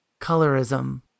colorism